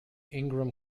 ingram